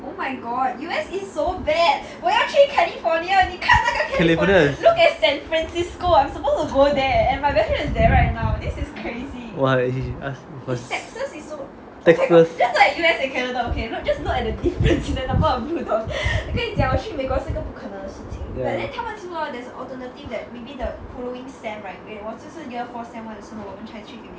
california !wah! he ask first taxes ya